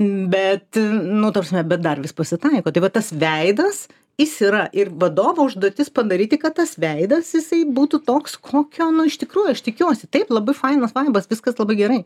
bet nu ta prasme bet dar vis pasitaiko tai va tas veidas jis yra ir vadovo užduotis padaryti kad tas veidas jisai būtų toks kokio nu iš tikrųjų aš tikiuosi taip labai fainas vaibas viskas labai gerai